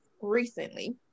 recently